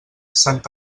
sant